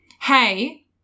hey